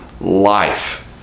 life